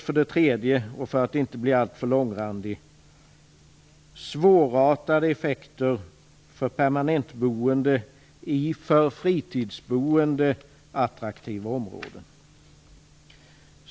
För det tredje - för att inte bli alltför långrandig - kommer det att bli svårartade effekter för permanentboende i för fritidsboende attraktiva områden.